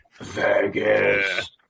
Vegas